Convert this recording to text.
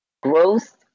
growth